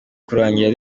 kurangira